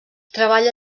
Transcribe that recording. treballa